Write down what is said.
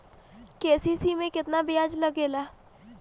KCC में केतना ब्याज लगेला?